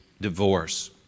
divorce